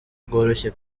bworoshye